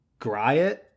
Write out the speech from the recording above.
Griot